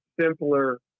simpler